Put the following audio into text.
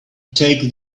take